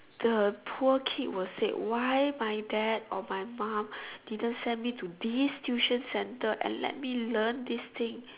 the poor kid will say why my dad or my mum didn't send me to this tuition centre and let me learn these things